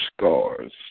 Scars